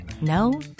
No